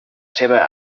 seva